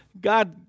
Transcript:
God